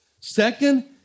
Second